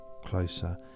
closer